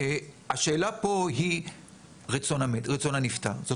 השאלה פה היא רצון המת, רצון הנפטר.